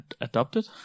Adopted